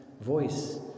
voice